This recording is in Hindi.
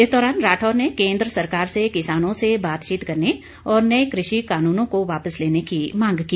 इस दौरान राठौर ने केंद्र सरकार से किसानों से बातचीत करने और नये कृषि कानूनों को वापस लेने की मांग की